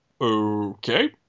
Okay